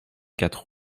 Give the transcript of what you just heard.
quatre